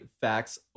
facts